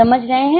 समझ रहे हैं